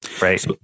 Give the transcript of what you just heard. right